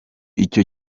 icyo